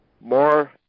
more